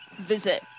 visit